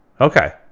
okay